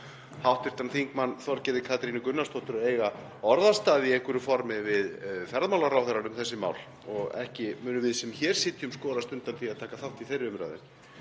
á hv. þm. Þorgerði Katrínu Gunnarsdóttur að eiga orðastað í einhverju formi við ferðamálaráðherrann um þessi mál og ekki munum við sem hér sitjum skorast undan því að taka þátt í þeirri umræðu.